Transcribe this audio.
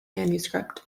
manuscript